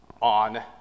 on